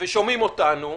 ושומעים אותנו,